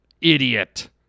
idiot